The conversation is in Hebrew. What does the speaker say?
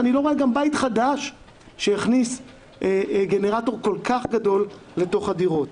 ואני לא רואה גם בית חדש שיכניס גנרטור כל כך גדול לתוך הדירות.